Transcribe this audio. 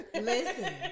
listen